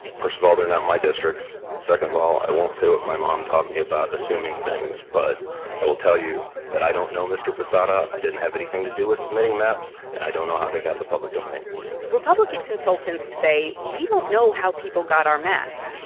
first of all, they're not my districts. second of all, i won't say what my mom taught me about assuming things, but i will tell you that i don't know mr. posada. i didn't have anything to do with submitting maps, and i don't know how they got in the public domain republican consultants say, we don't know how people got our maps,